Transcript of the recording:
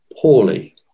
poorly